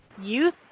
youth